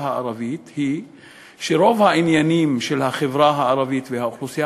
הערבית הוא שרוב העניינים של החברה הערבית והאוכלוסייה